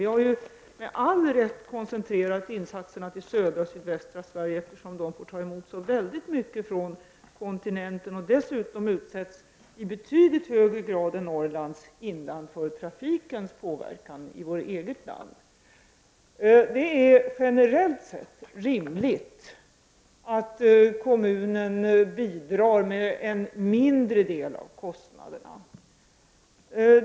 Vi har med all rätt koncentrerat insatserna till de södra och sydvästra delarna av Sverige, eftersom de får ta emot så mycket från kontinenten och dessutom i betydligt högre grad än Norrlands inland utsätts för inverkan av trafiken i vårt eget land. Det är generellt sett rimligt att kommunen bidrar med en mindre del av kostnaderna.